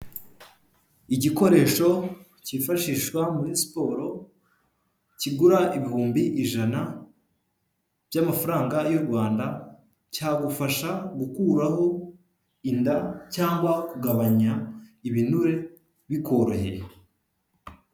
Igikoresho cyifashishwa muri siporo kigura ibihumbi ijana by'amafaranga y'u Rwanda, cyagufasha gukuraho inda cyangwa kugabanya ibinure bikoroheye.